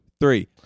three